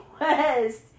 West